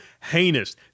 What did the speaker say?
heinous